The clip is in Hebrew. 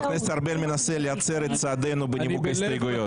חבר הכנסת ארבל מנסה להצר את צעדינו בנימוק הסתייגויות.